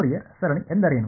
Fourier ಸರಣಿ ಎಂದರೇನು